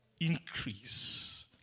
increase